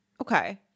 Okay